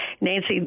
Nancy